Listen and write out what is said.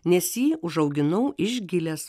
nes jį užauginau iš gilės